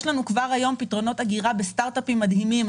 יש לנו כבר היום פתרונות אגירה בסטרטאפים מדהימים.